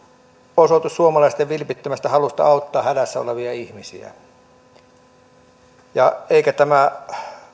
osoitus suomalaisten vilpittömästä halusta auttaa hädässä olevia ihmisiä eikä tämä